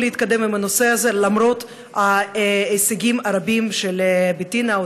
להתקדם עם הנושא הזה למרות ההישגים הרבים של בטינה,